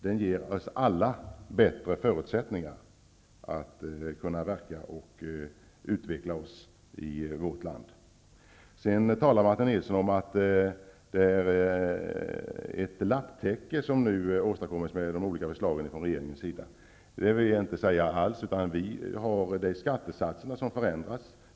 Den ger oss alla i vårt land bättre förutsättningar att verka och utvecklas. Martin Nilsson talar om att det är ett lapptäcke som nu åstadkommits med de olika förslagen från regeringens sida. Det vill jag inte säga alls. Skattesatserna förändras.